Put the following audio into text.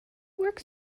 works